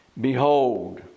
Behold